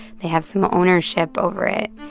they have some ownership over it.